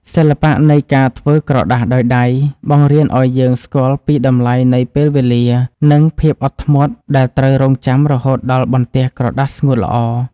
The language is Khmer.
សិល្បៈនៃការធ្វើក្រដាសដោយដៃ បង្រៀនឱ្យយើងស្គាល់ពីតម្លៃនៃពេលវេលា និង ភាពអត់ធ្មត់ដែលត្រូវរង់ចាំរហូតដល់បន្ទះក្រដាសស្ងួតល្អ។